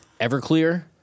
Everclear